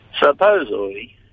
supposedly